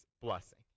blessing